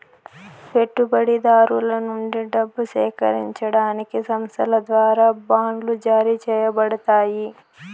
పెట్టుబడిదారుల నుండి డబ్బు సేకరించడానికి సంస్థల ద్వారా బాండ్లు జారీ చేయబడతాయి